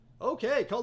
Okay